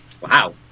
Wow